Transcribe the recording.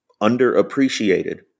underappreciated